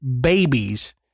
babies